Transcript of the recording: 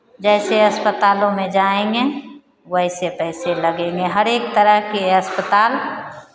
जैसे अस्पतालों में जाएंगे वैसे पैसे लगेंगे हर एक तरह के अस्पताल